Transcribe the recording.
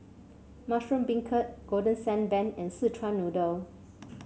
Mushroom Beancurd Golden Sand Bun and Szechuan Noodle